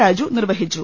രാജു നിർവഹിച്ചു